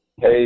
Hey